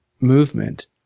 movement